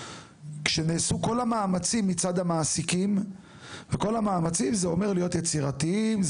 כשנעשו כל המאמצים מצד המעסיקים וכל המאמצים זה אומר להיות יצירתיים,